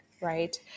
right